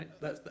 right